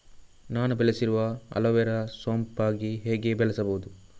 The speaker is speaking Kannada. ನಾನು ಬೆಳೆಸಿರುವ ಅಲೋವೆರಾ ಸೋಂಪಾಗಿ ಹೇಗೆ ಬೆಳೆಸಬಹುದು?